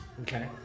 Okay